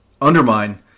undermine